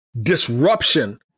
disruption